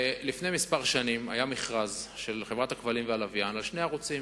לפני כמה שנים היה מכרז של חברת הכבלים והלוויין על שני ערוצים,